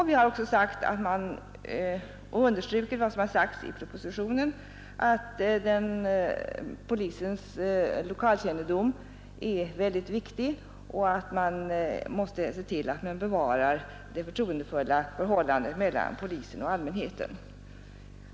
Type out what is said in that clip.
Vi har också understrukit vad som sagts i propositionen att polisens lokalkännedom är mycket viktig och att man måste se till att bevara det förtroendefulla förhållandet mellan polisen och allmänheten.